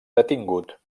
detingut